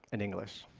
in english.